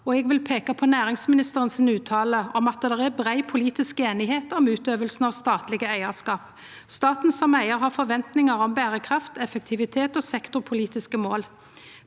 på uttalen frå næringsministeren om at det er brei politisk einigheit om utøvinga av statlege eigarskap. Staten som eigar har forventningar om berekraft, effektivitet og sektorpolitiske mål.